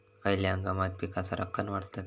खयल्या हंगामात पीका सरक्कान वाढतत?